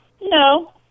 no